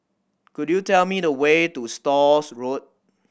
could you tell me the way to Stores Road